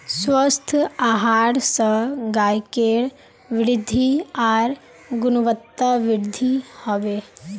स्वस्थ आहार स गायकेर वृद्धि आर गुणवत्तावृद्धि हबे